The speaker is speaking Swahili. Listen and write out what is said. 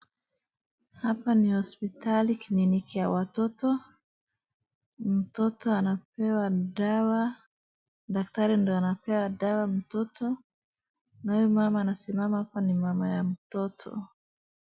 Hapa ni hospitali kliniki ya watoto, mtoto anapewa dawa, daktari ndio anapea dawa mtoto, na huyu mama amesimama hapa ni mama ya mtoto.